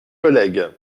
collègue